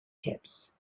tips